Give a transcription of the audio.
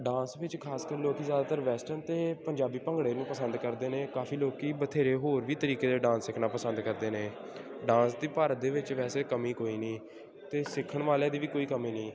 dance ਵਿੱਚ ਖਾਸਕਰ ਲੋਕ ਜ਼ਿਆਦਾਤਰ ਵੈਸਟਰਨ ਅਤੇ ਪੰਜਾਬੀ ਭੰਗੜੇ ਨੂੰ ਪਸੰਦ ਕਰਦੇ ਨੇ ਕਾਫੀ ਲੋਕ ਬਥੇਰੇ ਹੋਰ ਵੀ ਤਰੀਕੇ ਦੇ ਡਾਂਸ ਸਿੱਖਣਾ ਪਸੰਦ ਕਰਦੇ ਨੇ ਡਾਂਸ ਦੀ ਭਾਰਤ ਦੇ ਵਿੱਚ ਵੈਸੇ ਕਮੀ ਕੋਈ ਨਹੀਂ ਅਤੇ ਸਿੱਖਣ ਵਾਲਿਆਂ ਦੀ ਵੀ ਕੋਈ ਕਮੀ ਨਹੀਂ